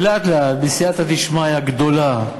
לאט-לאט, בסייעתא דשמיא גדולה,